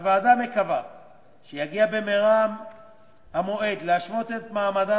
הוועדה מקווה שיגיע במהרה המועד להשוות את מעמדן